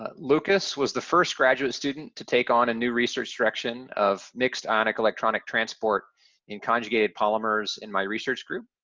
ah lucas was the first graduate student to take on a new research direction of mixed ionic electronic transport in conjugated polymers in my research group.